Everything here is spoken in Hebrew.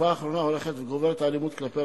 בתקופה האחרונה הולכת וגוברת האלימות כלפי